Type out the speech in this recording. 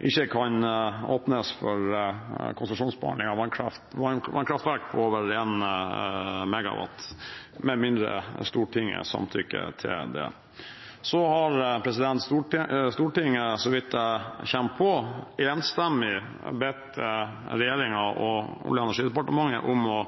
ikke kan åpnes for konsesjonsbehandling av vannkraftverk over 1 MW med mindre Stortinget samtykker til det. Så har Stortinget, så vidt jeg husker, enstemmig bedt regjeringen og Olje- og energidepartementet om å